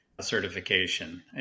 certification